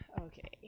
okay